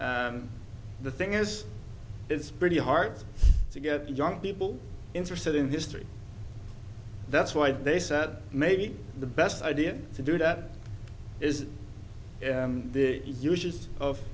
e the thing is it's pretty hard to get young people interested in history that's why they said maybe the best idea to do that is the us